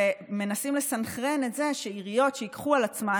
ומנסים לסנכרן את זה שעיריות שייקחו על עצמן,